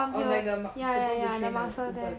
oh like the musc~ supposed to train 的部分